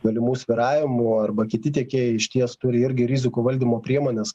galimų svyravimų arba kiti tiekėjai išties turi irgi rizikų valdymo priemones